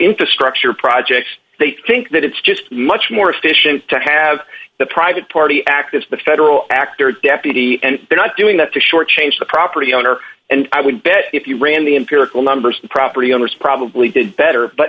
infrastructure projects they think that it's just much more efficient to have the private party act is the federal act or deputy and they're not doing that to shortchange the property owner and i would bet if you ran the empirical numbers the property owners probably did better but